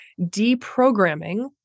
deprogramming